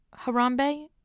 Harambe